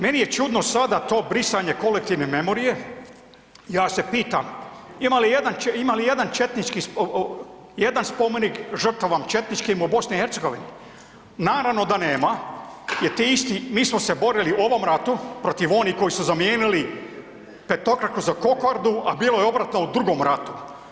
Meni je čudno sada to brisanje kolektivne memorije, ja se pitam ima li jedan spomenik žrtvama četničkim u BiH? naravno da nema jer ti isti mi smo se borili u ovome ratu protiv onih koji su zamijenili petokraku za kokardu, a bilo je obrata u drugom ratu.